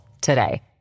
today